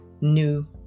new